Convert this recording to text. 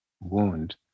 wound